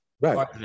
Right